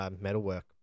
metalwork